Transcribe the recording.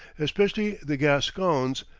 especially the gascons,